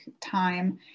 time